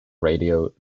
radio